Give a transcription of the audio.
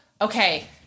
Okay